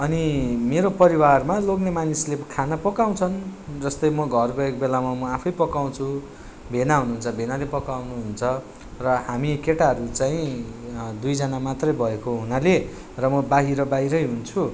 अनि मेरो परिवारमा लोग्ने मानिसले खाना पकाउँछन् जस्तै म घर गएको बेलामा म आफै पकाउँछु भेना हुनुहुन्छ भेनाले पकाउनु हुन्छ र हामी केटाहरू चाहिँ दुईजना मात्रै भएको हुनाले र म बाहिर बाहिरै हुन्छु